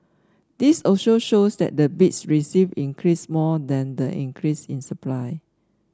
this also shows that the bids received increased more than the increase in supply